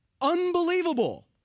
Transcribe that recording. unbelievable